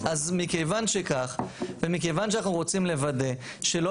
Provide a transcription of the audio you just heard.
אז מכיוון שכך ומכיוון שאנחנו רוצים לוודא שלא